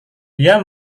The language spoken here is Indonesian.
dia